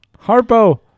Harpo